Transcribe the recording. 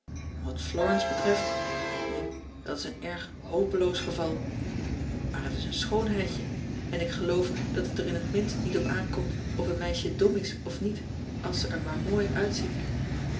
n wat lorence betreft nu dat is een erg hopeloos geval aar het is een schoonheidje en ik geloof dat het er in het minst niet op aankomt of een meisje dom is of niet als ze er maar mooi uitziet